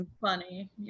funny